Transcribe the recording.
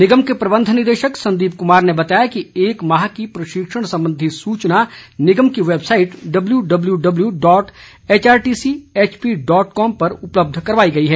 निगम के प्रबंध निदेशक संदीप कुमार ने बताया कि एक माह की प्रशिक्षण संबंधी सूचना निगम की website W W W dot HRTC HP dot com पर उपलब्ध करवाई गई है